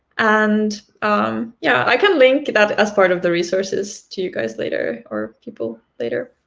and yeah i can link that as part of the resources to you guys later, or people later.